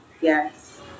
Yes